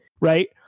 right